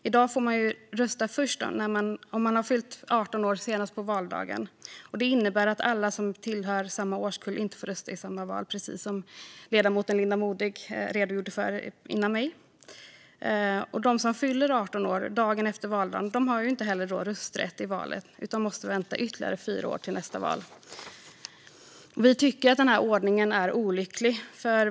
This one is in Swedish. I dag får man rösta först om man fyllt 18 år senast på valdagen. Det innebär att alla som tillhör samma årskull inte får rösta i samma val, precis som ledamoten Linda Modig redogjorde för före mig. De som fyller 18 år dagen efter valdagen har inte rösträtt i valet utan måste vänta ytterligare fyra år till nästa val. Vi tycker att den här ordningen är olycklig.